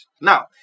Now